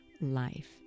life